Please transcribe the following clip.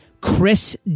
Chris